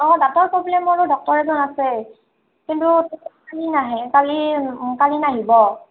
অ' দাঁতৰ প্ৰব্লেমৰো ডক্টৰ এজন আছে কিন্তু তেখেত কালি নাহে কালি কালি নাহিব